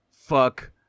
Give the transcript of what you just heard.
fuck